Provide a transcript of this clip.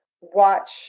watch